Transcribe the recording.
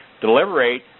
deliberate